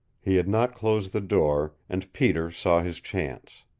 he had not closed the door, and peter saw his chance.